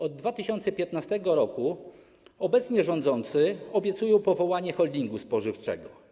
Od 2015 r. obecnie rządzący obiecują powołanie holdingu spożywczego.